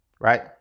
Right